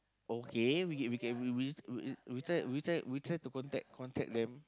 okay we we can we we we try we try we try to contact contact them